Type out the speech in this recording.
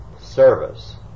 service